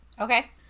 Okay